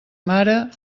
mare